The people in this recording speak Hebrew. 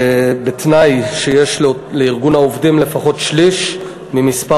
בתנאי שיש לארגון העובדים לפחות שליש ממספר